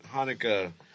Hanukkah